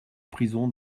prison